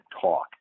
talk